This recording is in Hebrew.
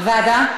ועדה.